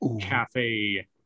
cafe